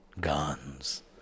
guns